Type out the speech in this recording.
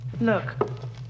Look